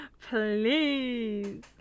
Please